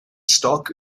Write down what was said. stock